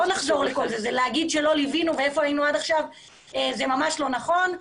לומר שלא ליווינו ואיפה היינו עד עכשיו זה ממש לא נכון.